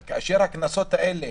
אבל כאשר הקנסות האלה